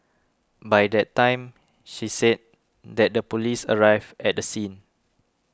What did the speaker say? by that time she said that the police arrived at the scene